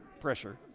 pressure